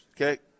Okay